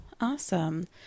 Awesome